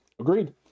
Agreed